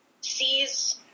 sees